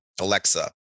Alexa